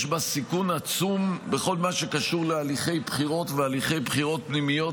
יש בה סיכון עצום בכל מה שקשור להליכי בחירות והליכי בחירות פנימיות.